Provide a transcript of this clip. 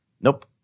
Nope